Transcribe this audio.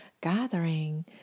gathering